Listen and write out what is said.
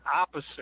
opposite